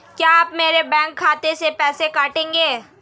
क्या आप मेरे बैंक खाते से पैसे काटेंगे?